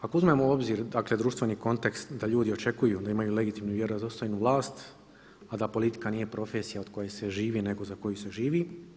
Ako uzmemo u obzir dakle društveni kontekst da ljudi očekuju da imaju legitimnu i vjerodostojnu vlast a da politika nije profesija od koje se živi nego za koju se živi.